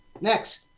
Next